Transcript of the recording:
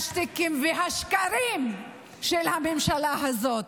השטיקים והשקרים של הממשלה הזאת.